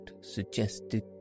suggested